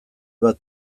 bat